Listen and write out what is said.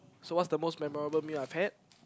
so what's the most memorable meal I've had